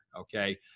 Okay